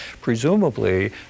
presumably